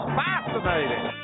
fascinating